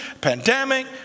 pandemic